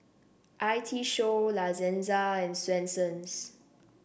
I T Show La Senza and Swensens